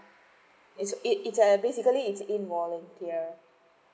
it's it's basically is involunteer